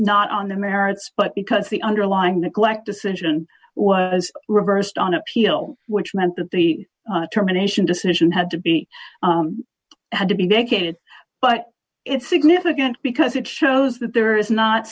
not on the merits but because the underlying the glad decision was reversed on appeal which meant that the termination decision had to be had to be vacated but it's significant because it shows that there is not